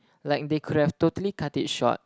like they could have totally cut it short